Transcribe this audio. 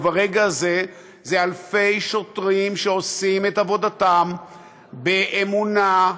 וברגע זה אלפי שוטרים שעושים את עבודתם באמונה,